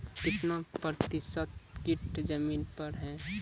कितना प्रतिसत कीट जमीन पर हैं?